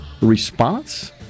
response